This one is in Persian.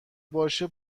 باشه